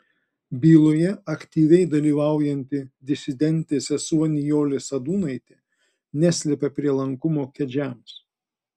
byloje aktyviai dalyvaujanti disidentė sesuo nijolė sadūnaitė neslepia prielankumo kedžiams